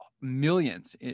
millions